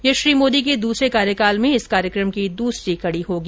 यह श्री मोदी के दूसरे कार्यकाल में इस कार्यक्रम की दूसरी कड़ी होगी